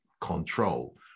control